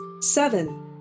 seven